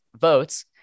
votes